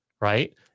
right